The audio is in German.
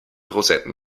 rosetten